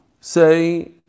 say